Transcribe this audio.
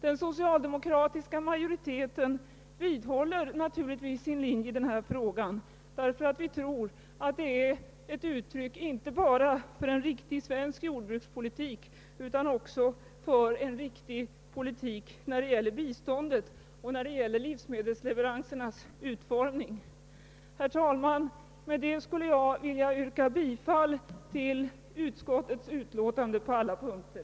Den socialdemokratiska majoriteten vidhåller naturligtvis sin linje i denna fråga, eftersom vi tror att den är ett uttryck för en riktig politik inte bara i fråga om den svenska jordbrukspolitiken utan även när det gäller biståndet och livsmedelsleveransernas utformning. Herr talman! Med detta vill jag yrka bifall till utskottets hemställan på alla punkter.